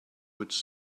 which